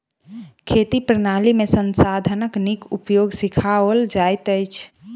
खेती प्रणाली में संसाधनक नीक उपयोग सिखाओल जाइत अछि